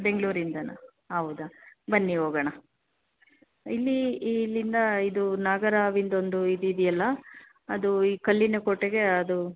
ಬೆಂಗಳೂರಿಂದನಾ ಹೌದಾ ಬನ್ನಿ ಹೋಗೋಣ ಇಲ್ಲಿ ಇಲ್ಲಿಂದ ಇದು ನಾಗರಹಾವಿಂದೊಂದು ಇದಿದೆಯಲ್ಲ ಅದು ಈ ಕಲ್ಲಿನ ಕೋಟೆಗೆ ಅದು